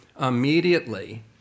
immediately